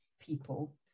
people